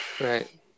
Right